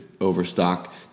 overstock